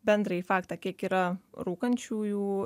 bendrąjį faktą kiek yra rūkančiųjų